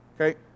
okay